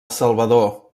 salvador